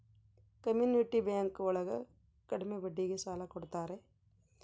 community bank ಒಳಗ ಕಡ್ಮೆ ಬಡ್ಡಿಗೆ ಸಾಲ ಕೊಡ್ತಾರೆ